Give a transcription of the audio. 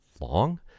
long